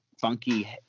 funky